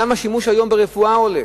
גם השימוש ברפואה היום עולה,